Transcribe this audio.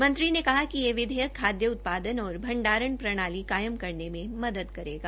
मंत्री ने कहा कि यह विधेयक खादय उत्पादन और भंडारण प्रणाली कायम करने में मदद करेगा